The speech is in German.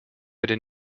hätte